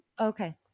Okay